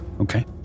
Okay